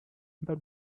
that